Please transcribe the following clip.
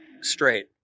straight